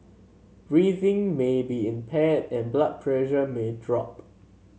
breathing may be impaired and blood pressure may drop